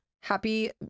Happy